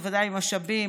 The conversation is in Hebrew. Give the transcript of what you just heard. בוודאי עם משאבים,